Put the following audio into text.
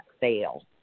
fail